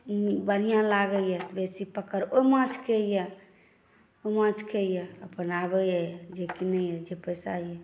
बढ़िआँ लागैए बेसी पकड़ ओहि माछके अइ ओ माछके अइ अपन आबैए जे किनै अइ जे पइसा अइ